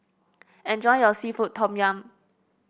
enjoy your seafood Tom Yum